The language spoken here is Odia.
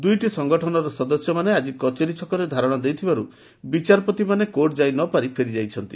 ଦୂଇଟି ସଂଗଠନର ସଦସ୍ୟମାନେ ଆଜି କଚେରୀ ଛକରେ ଧାରଣା ଦେଇଥିବାର୍ ବିଚାରପତିମାନେ କୋର୍ଟ ଯାଇ ନ ପାରି ଫେରିଯାଇଛନ୍ତି